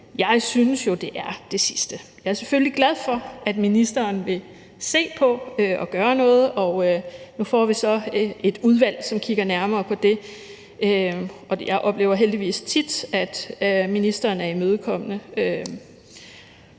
Jeg synes jo, det er det sidste. Jeg er selvfølgelig glad for, at ministeren vil se på det og gøre noget, og nu får vi så et udvalg, som kigger nærmere på det. Jeg oplever heldigvis tit, at ministeren er imødekommende.